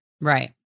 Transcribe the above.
Right